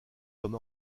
comme